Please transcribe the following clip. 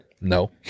No